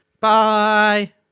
Bye